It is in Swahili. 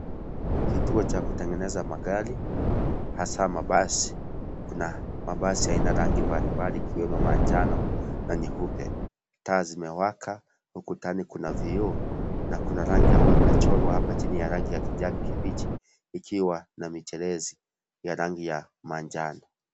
Kituo cha kutengeneza magari , hasa mabasi kuna mabasi ya aina rangi mbalimbali ikiwemo manjano na nyeupe taa zimewaka huku ndani kuna vioo na kuna rangi ambayo imechorwa hapa chini ya rangi ya kijani kibichi ikiwa na micherezi ikiwa na rangi ya manjano.